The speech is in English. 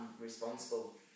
responsible